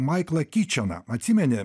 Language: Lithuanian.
maiklą kičeną atsimeni